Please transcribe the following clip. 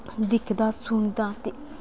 दिखदा सुनदा ते